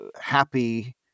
happy